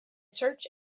search